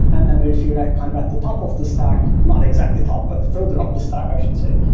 and then if you're kind of at the top of the stack, not exactly top, but further up the stack, i should say,